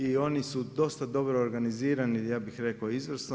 I oni su dosta dobro organizirani, ja bih rekao izvrsno.